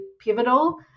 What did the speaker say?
pivotal